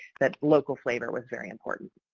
that local flavor was very important.